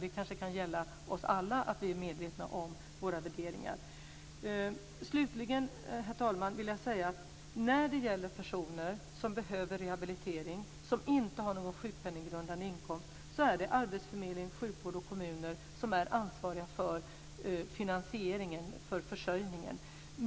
Det kan kanske gälla oss alla, att vi är medvetna om våra värderingar. Herr talman! Slutligen vill jag säga att när det gäller personer som behöver rehabilitering och som inte har någon sjukpenninggrundande inkomst är det arbetsförmedling, sjukvård och kommuner som är ansvariga för finansieringen för försörjningen.